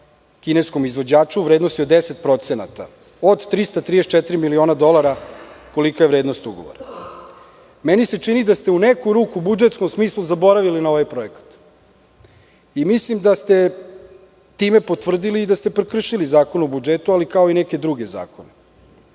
kineskom izvođaču u vrednosti od 10% od 334 miliona dolara, kolika je vrednost ugovora. Meni se čini da ste u neku ruku u budžetskom smislu zaboravili na ovaj projekat. Mislim da ste time potvrdili da ste prekršili Zakon o budžetu, kao i neke druge zakone.